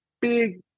big